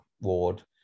ward